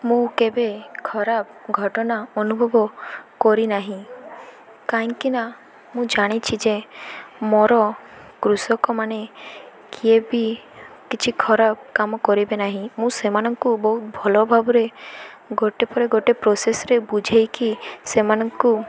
ମୁଁ କେବେ ଖରାପ ଘଟଣା ଅନୁଭବ କରିନାହିଁ କାହିଁକିନା ମୁଁ ଜାଣିଛି ଯେ ମୋର କୃଷକମାନେ କିଏ ବି କିଛି ଖରାପ କାମ କରିବେ ନାହିଁ ମୁଁ ସେମାନଙ୍କୁ ବହୁତ ଭଲ ଭାବରେ ଗୋଟେ ପରେ ଗୋଟେ ପ୍ରୋସେସ୍ରେ ବୁଝାଇକି ସେମାନଙ୍କୁ